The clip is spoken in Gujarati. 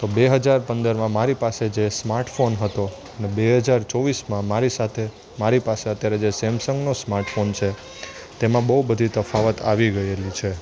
તો બે હજાર પંદરમાં મારી પાસે જે સ્માર્ટફોન હતો ને બે હજાર ચોવીસમાં મારી સાથે મારી પાસે અત્યારે જે સેમસંગનો સ્માર્ટફોન છે તેમાં બહુ બધી તફાવત આવી ગએલી છે